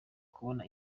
kubona